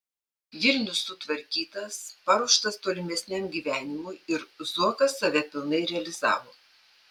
vilnius sutvarkytas paruoštas tolimesniam gyvenimui ir zuokas save pilnai realizavo